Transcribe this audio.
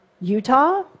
Utah